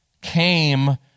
came